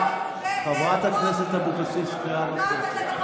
חברת הכנסת אבקסיס, קריאה נוספת.